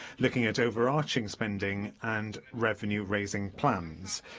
looking at overarching spending and revenue-raising plans.